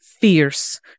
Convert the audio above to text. fierce